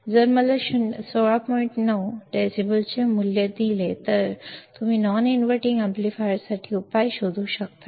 अशाप्रकारे आम्ही तुम्हाला नॉन इनव्हर्टिंग अॅम्प्लीफायरसाठी उपाय शोधू शकतो